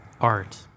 art